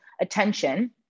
attention